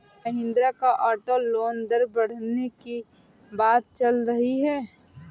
महिंद्रा का auto loan दर बढ़ने की बात चल रही है